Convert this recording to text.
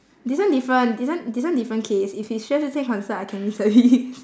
this one different this one this one different case if it's xue zhi qian concert I can leave early